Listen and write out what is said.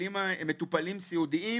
מטופלים סיעודיים,